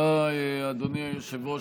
תודה, אדוני היושב-ראש.